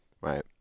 Right